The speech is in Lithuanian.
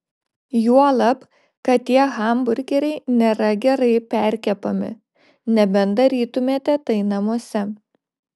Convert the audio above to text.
juolab kad tie hamburgeriai nėra gerai perkepami nebent darytumėte tai namuose